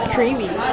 Creamy